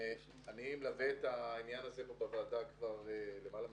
אני מלווה את העניין הזה פה בוועדה כבר למעלה מעשור,